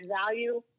value